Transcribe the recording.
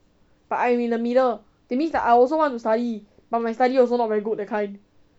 but I'm in the middle that means like I also want to study but my study also not very good that kind